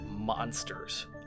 monsters